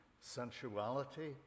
sensuality